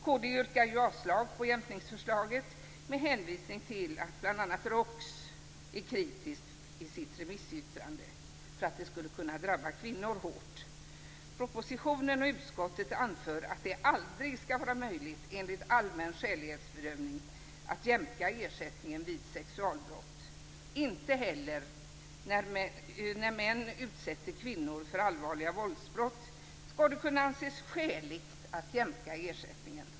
Kd yrkar avslag på jämkningsförslaget med hänvisning till att bl.a. ROKS är kritisk i sitt remissyttrande därför att detta skulle kunna drabba kvinnor hårt. I propositionen och utskottsbetänkandet anförs att det aldrig skall vara möjligt enligt allmän skälighetsbedömning att jämka ersättningen vid sexualbrott. Inte heller när män utsätter kvinnor för allvarliga våldsbrott skall det kunna anses skäligt att jämka ersättningen.